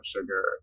Sugar